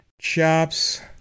Chops